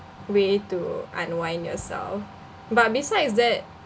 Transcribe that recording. way to unwind yourself but besides that